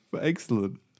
Excellent